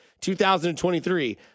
2023